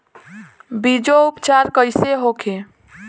बीजो उपचार कईसे होखे?